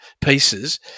pieces